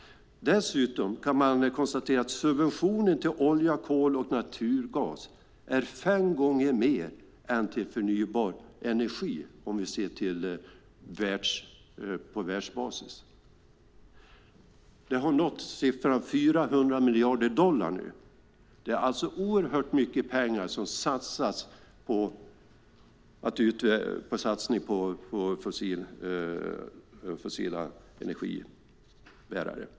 Dessutom kan man konstatera att subventionen till olja, kol och naturgas är fem gånger högre än till förnybar energi på världsbasis. Den har nått siffran 400 miljarder dollar nu. Det är alltså oerhört mycket pengar som satsas på fossila energibärare.